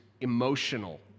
emotional